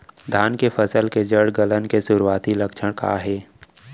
धान के फसल के जड़ गलन के शुरुआती लक्षण का हे?